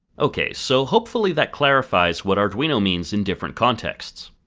ok, so hopefully that clarifies what arduino means in different contexts.